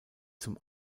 zum